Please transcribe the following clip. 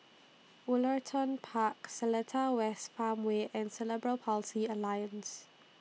Woollerton Park Seletar West Farmway and Cerebral Palsy Alliance